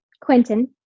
Quentin